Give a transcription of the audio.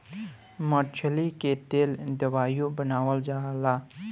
मछली के तेल दवाइयों बनावल जाला